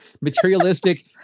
materialistic